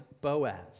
Boaz